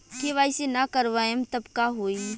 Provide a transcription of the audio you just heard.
KYC ना करवाएम तब का होई?